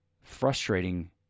frustrating